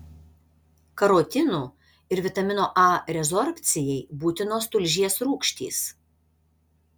karotinų ir vitamino a rezorbcijai būtinos tulžies rūgštys